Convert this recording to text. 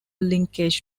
linkage